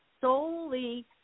solely